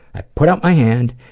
i put out my hand,